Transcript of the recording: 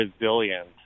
resilient